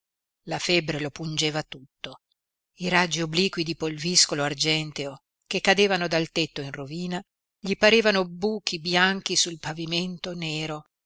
la febbre lo pungeva tutto i raggi obliqui di polviscolo argenteo che cadevano dal tetto in rovina gli parevano buchi bianchi sul pavimento nero